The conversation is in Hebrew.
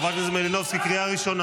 חברת הכנסת מלינובסקי, קריאה ראשונה.